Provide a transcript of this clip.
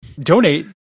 donate